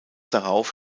darauf